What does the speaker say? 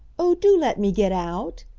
oh, do let me get out?